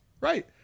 right